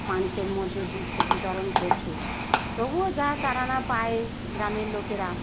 মানুষের মধ্যে দিচ্ছে বিতরণ করছে তবুও যা চারা আনা পায় গ্রামের লোকেরা